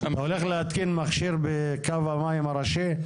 אתה הולך להתקין מכשיר בקו המים הראשי?